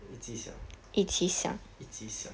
一起想一起想